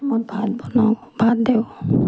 মই ভাত বনাওঁ ভাত দিওঁ